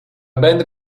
band